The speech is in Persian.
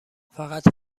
فقط